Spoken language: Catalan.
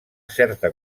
certa